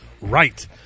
Right